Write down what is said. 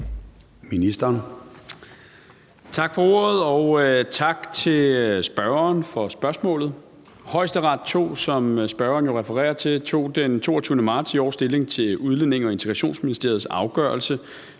Tak for ordet, og tak til spørgeren for spørgsmålet. Højesteret tog, som spørgeren jo refererer til, den 22. marts i år stilling til Udlændinge- og Integrationsministeriets afgørelse